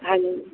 ਹਾਂਜੀ